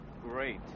Great